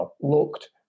looked